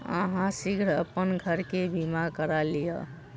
अहाँ शीघ्र अपन घर के बीमा करा लिअ